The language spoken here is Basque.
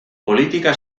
politika